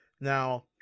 Now